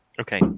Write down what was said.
Okay